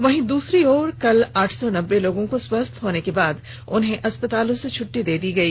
वहीं दूसरी ओर कल आठ सौ नब्बे लोगों को स्वस्थ होने के बाद अस्पतालों से छट्टी दे दी गई